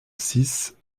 six